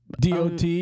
DOT